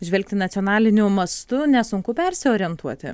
žvelgti nacionaliniu mastu nesunku persiorientuoti